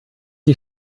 die